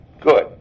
Good